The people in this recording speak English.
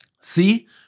See